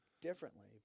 differently